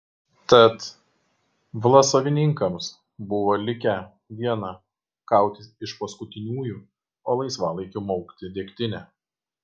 tad vlasovininkams buvo likę viena kautis iš paskutiniųjų o laisvalaikiu maukti degtinę